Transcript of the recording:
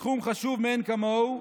בתחום חשוב מאין כמוהו,